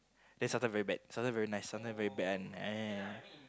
then sometimes very bad sometimes very nice sometime very bad one eh